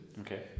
Okay